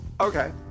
Okay